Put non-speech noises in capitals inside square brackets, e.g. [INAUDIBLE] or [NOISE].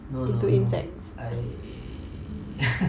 no no no I [LAUGHS]